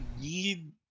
need